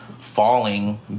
falling